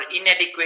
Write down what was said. inadequate